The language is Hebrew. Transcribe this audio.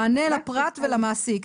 מענה לפרט ולמעסיק.